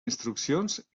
instruccions